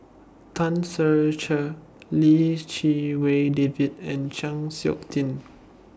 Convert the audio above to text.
Tan Ser Cher Lim Chee Wai David and Chng Seok Tin